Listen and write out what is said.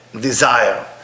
desire